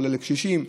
כולל לקשישים,